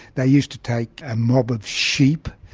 they used to take a mob of sheep,